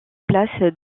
place